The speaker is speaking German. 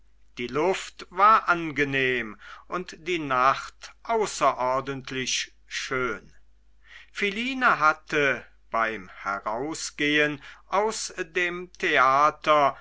die luft war angenehm und die nacht außerordentlich schön philine hatte beim herausgehen aus dem theater